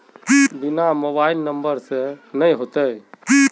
बिना mobile number से नहीं होते?